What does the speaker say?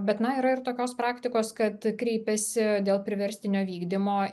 bet na yra ir tokios praktikos kad kreipėsi dėl priverstinio vykdymo